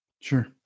Sure